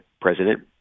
president